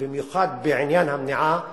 במיוחד בעניין המניעה,